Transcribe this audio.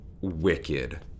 wicked